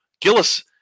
Gillis